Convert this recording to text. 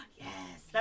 Yes